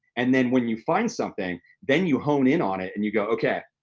and then when you find something, then you hone in on it and you go, okay,